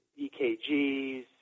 EKGs